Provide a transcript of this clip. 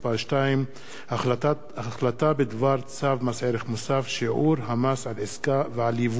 החלטה בדבר צו מס ערך מוסף (שיעור המס על עסקה ועל ייבוא טובין)